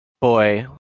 Boy